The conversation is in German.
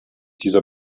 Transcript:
dieser